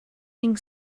being